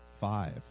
five